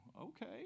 okay